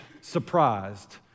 surprised